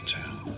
town